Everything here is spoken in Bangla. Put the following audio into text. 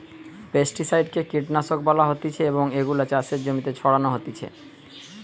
পেস্টিসাইড কে কীটনাশক বলা হতিছে এবং এগুলো চাষের জমিতে ছড়ানো হতিছে